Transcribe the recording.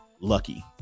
lucky